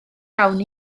iawn